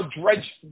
dredge